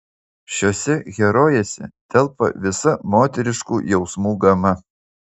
šiose herojėse telpa visa moteriškų jausmų gama